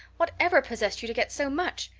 whatever possessed you to get so much?